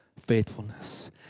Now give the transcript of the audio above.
faithfulness